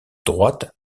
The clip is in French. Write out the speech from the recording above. droite